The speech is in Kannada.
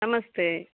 ನಮಸ್ತೆ